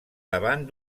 davant